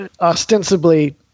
ostensibly